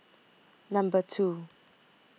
Number two